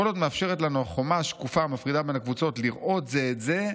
כל עוד מאפשרת לנו החומה השקופה המפרידה בין הקבוצות לראות זה את זה,